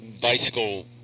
bicycle